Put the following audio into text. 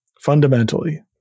fundamentally